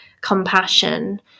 compassion